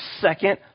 second